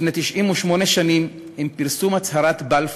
לפני 98 שנים, עם פרסום הצהרת בלפור,